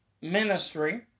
Ministry